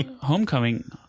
Homecoming